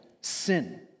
sin